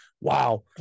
wow